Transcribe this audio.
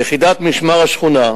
2. יחידת "משמר השכונה"